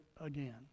again